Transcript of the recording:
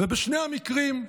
בשני המקרים,